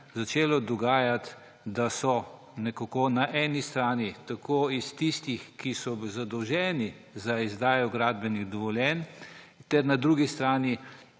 začelo dogajati, da je na strani tako tistih, ki so zadolženi za izdajo gradbenih dovoljenj, ter na drugi strani